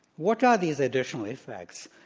what are these additional effects?